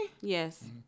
Yes